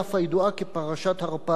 הידועה כפרשת הרפז.